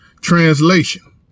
translation